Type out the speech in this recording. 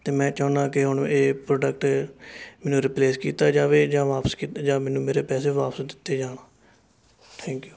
ਅਤੇ ਮੈਂ ਚਾਹੁੰਦਾ ਕਿ ਹੁਣ ਇਹ ਪ੍ਰੋਡਕਟ ਨੂੰ ਰੀਪਲੇਸ ਕੀਤਾ ਜਾਵੇ ਜਾਂ ਵਾਪਸ ਕੀਤਾ ਜਾਵੇ ਮੈਨੂੰ ਮੇਰੇ ਪੈਸੇ ਵਾਪਸ ਦਿੱਤੇ ਜਾਣ ਥੈਂਕ ਯੂ